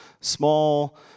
small